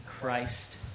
Christ